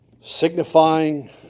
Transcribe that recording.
signifying